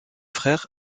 frères